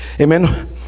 amen